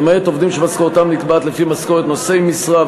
למעט עובדים שמשכורתם נקבעת לפי משכורת נושאי משרה,